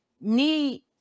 need